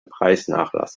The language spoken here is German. preisnachlass